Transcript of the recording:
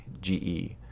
GE